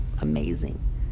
amazing